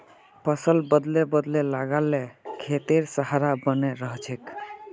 फसल बदले बदले लगा ल खेतेर सहार बने रहछेक